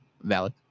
Valid